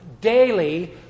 daily